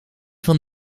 van